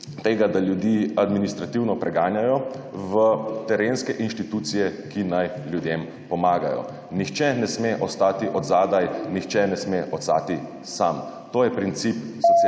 tega, da ljudi administrativno preganjajo, v terenske institucije, ki naj ljudem pomagajo. Nihče ne sme ostati zadaj, nihče ne sme ostati sam – to je princip socialne